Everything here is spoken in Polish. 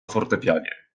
fortepianie